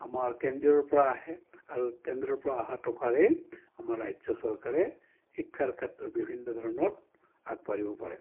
আমাৰ কেন্দ্ৰীৰৰপৰা আহে আৰু কেন্দ্ৰৰপৰা অহা টকাৰেই আমাৰ ৰাজ্য চৰকাৰে শিক্ষাৰ ক্ষেত্ৰত বিভিন্ন ধৰণত আগবাঢ়িব পাৰে